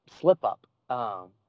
slip-up